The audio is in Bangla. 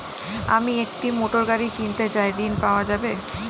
আমি একটি মোটরগাড়ি কিনতে চাই ঝণ পাওয়া যাবে?